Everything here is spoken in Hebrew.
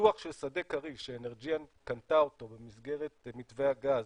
פיתוח של שדה כריש שאנרג'יאן קנתה אותו במסגרת מתווה הגז